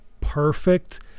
perfect